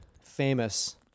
famous